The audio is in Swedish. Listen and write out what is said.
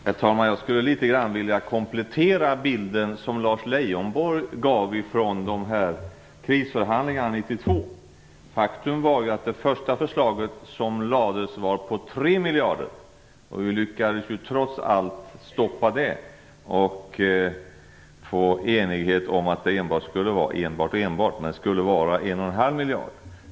Herr talman! Jag skulle vilja komplettera den bild som Lars Leijonborg gav om krisförhandlingarna 1992. Faktum var att det första förslag som lades fram var på 3 miljarder. Vi lyckades ju trots allt stoppa det och få enighet om att det enbart skulle vara 1,5 miljarder.